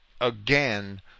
again